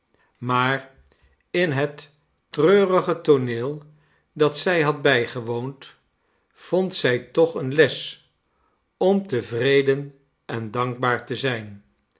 maar in het treurige tooneel dat zij had bijgewoond vond zij toch eene les om tevreden en dankbaar te zijn